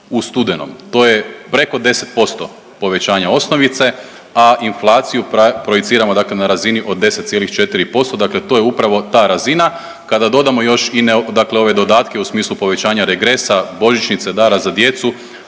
u studenom. To je preko 10% povećanja osnovice, a inflaciju projiciramo dakle na razini od 10,4%. Dakle, to je upravo ta razina. Kada dodamo još, dakle ove dodatke u smislu povećanja regresa, božićnice, dara za djecu